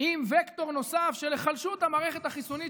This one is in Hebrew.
עם וקטור נוסף של היחלשות המערכת החיסונית